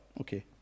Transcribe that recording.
Okay